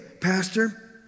pastor